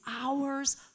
hours